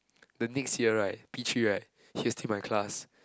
the next year right P three right he was still in my class